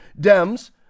Dems